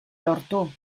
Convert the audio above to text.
lortu